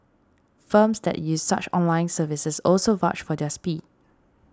firms that use such online services also vouch for their speed